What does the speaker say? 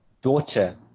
daughter